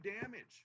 damage